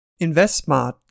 InvestSmart